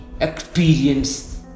experience